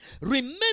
remember